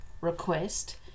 request